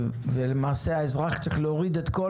ולמעשה האזרח צריך להוריד את כול